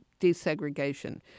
desegregation